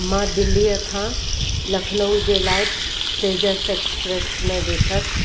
मां दिल्लीअ खां लखनऊ जे लाइ तेजस एक्सप्रेस में वेठसि